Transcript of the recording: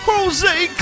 Jose